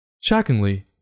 Shockingly